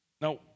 Now